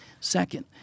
second